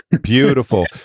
Beautiful